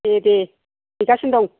दे दे हैगासिनो दं